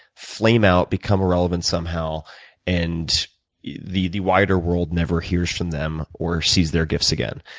flame out, become irrelevant somehow and the the wider world never hears from them or sees their gifts again.